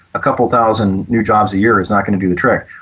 a couple of thousand new jobs a year is not going to do the trick.